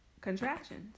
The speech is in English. contractions